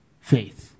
faith